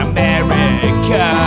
America